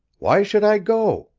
why should i go?